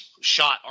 shot